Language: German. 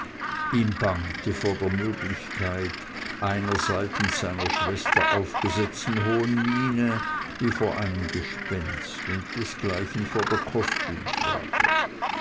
ihm bangte vor der möglichkeit einer seitens seiner schwester aufgesetzten hohen miene wie vor einem gespenst und desgleichen vor der